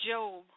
Job